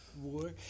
war